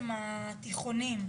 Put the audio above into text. התיכונים,